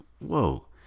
Whoa